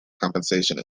compensation